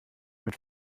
mit